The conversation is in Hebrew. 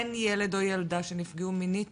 אין ילד או ילדה שנפגעו מינית